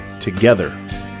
together